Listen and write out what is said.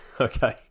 okay